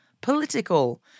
political